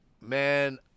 Man